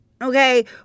Okay